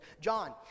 John